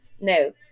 no